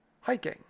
hiking